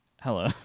Hello